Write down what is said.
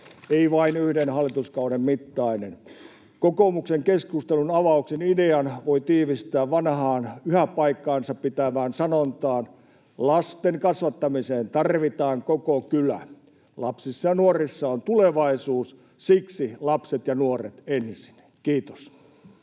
ei vain yhden hallituskauden mittainen. Kokoomuksen keskustelunavauksen idean voi tiivistää vanhaan, yhä paikkansa pitävään sanontaan ”lasten kasvattamiseen tarvitaan koko kylä”. Lapsissa ja nuorissa on tulevaisuus. Siksi lapset ja nuoret ensin. — Kiitos.